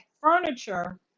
furniture